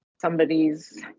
somebody's